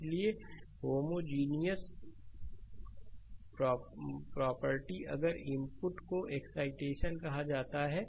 इसलिए homogeneous property अगर input को एक्साइटेशन कहा जाता है